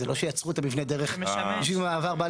זה לא שיצרו את המבנה דרך בשביל מעבר בעלי